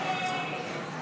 55 נגד.